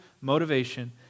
motivation